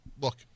look